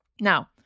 Now